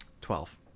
Twelve